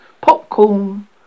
Popcorn